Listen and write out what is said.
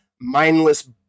mindless